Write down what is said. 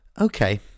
Okay